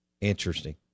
Interesting